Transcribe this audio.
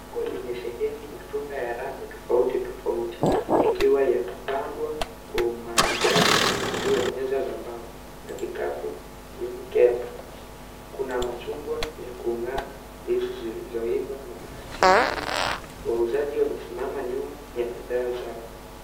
Soko limesheheni matunda ya rangi tofautitofauti yakiwa yamepangwa kwa umaridadi juu ya meza za mbao na vikapu vya mikeka. Kuna machungwa ya kung'aa, ndizi zilizoiva, maparachichi. Wauzaji wamesimama nyuma ya bidhaa zao.